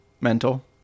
Mental